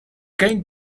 going